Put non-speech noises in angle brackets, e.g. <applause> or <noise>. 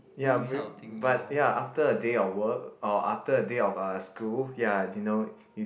ya <noise> but ya after a day of work or after a day of uh school ya you know you